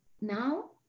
now